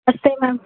अस्ते मैम